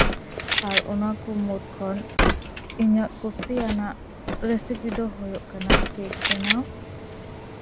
ᱟᱨ ᱚᱱᱟ ᱠᱚ ᱢᱩᱫ ᱠᱷᱚᱱ ᱤᱧᱟᱹᱜ ᱠᱩᱥᱤᱭᱟᱱᱟᱜ ᱨᱮᱥᱤᱯᱤ ᱫᱚ ᱦᱩᱭᱩᱜ ᱠᱟᱱᱟ ᱠᱮᱠ ᱵᱮᱱᱟᱣ